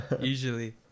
usually